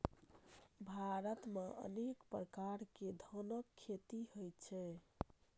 भारत मे अनेक प्रकार के धानक खेती होइ छै